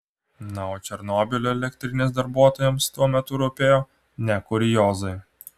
na o černobylio elektrinės darbuotojams tuo metu rūpėjo ne kuriozai